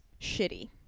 shitty